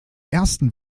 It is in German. ersten